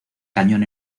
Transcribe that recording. cañón